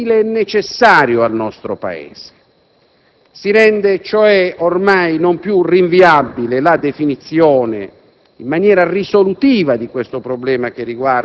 torna utile e necessario al nostro Paese. Si rende, cioè, ormai non più rinviabile la definizione,